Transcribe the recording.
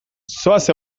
zoaz